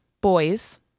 boys